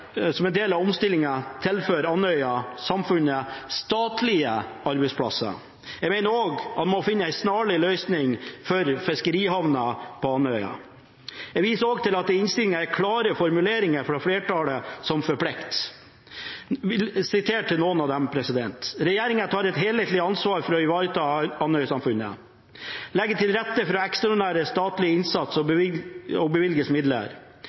man må finne en snarlig løsning for fiskerihavna på Andøya. Jeg viser også til at det i innstillingen er klare formuleringer fra flertallet, som forplikter. Jeg siterer noen av dem: «regjeringen tar et helhetlig ansvar for å ivareta Andøy-samfunnet» «legges til rette for ekstraordinær statlig innsats og bevilges midler»